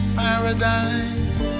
paradise